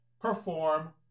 perform